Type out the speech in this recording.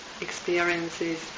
Experiences